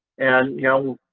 and, you know,